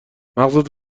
مغزت